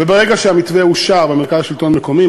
וברגע שהמתווה אושר במרכז השלטון המקומי,